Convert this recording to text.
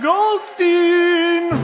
Goldstein